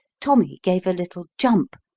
tommy gave a little jump,